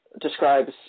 describes